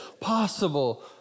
possible